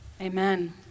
Amen